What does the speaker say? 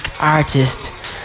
artist